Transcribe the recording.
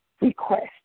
request